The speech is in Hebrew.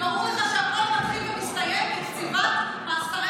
ברור לך שהכול מתחיל ומסתיים בקציבת מאסרי עולם.